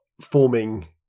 forming